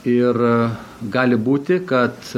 ir gali būti kad